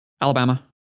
Alabama